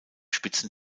spitzen